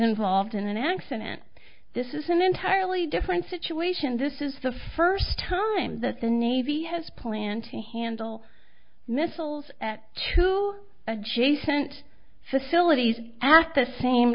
involved in an accident this is an entirely different situation this is the first time that the navy has plan to handle missiles at two adjacent facilities at the same